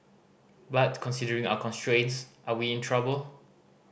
but considering our constraints are we in trouble